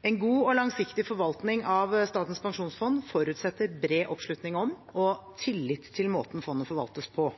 En god og langsiktig forvaltning av Statens pensjonsfond forutsetter bred oppslutning om og tillit til måten fondet forvaltes på.